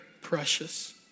precious